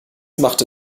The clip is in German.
machte